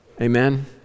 Amen